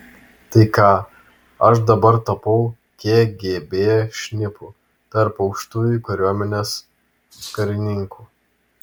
tai ką aš dabar tapau kgb šnipu tarp aukštųjų kariuomenės karininkų